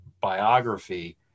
biography